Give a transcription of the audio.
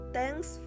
Thanks